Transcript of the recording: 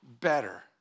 better